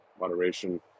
moderation